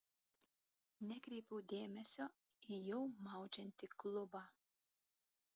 nekreipiau dėmesio į jau maudžiantį klubą